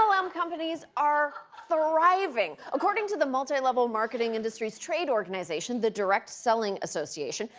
um companies are thriving. according to the multi-level marketing industry's trade organization, the direct selling association,